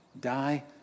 Die